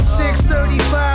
635